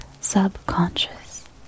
subconscious